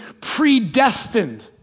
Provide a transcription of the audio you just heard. predestined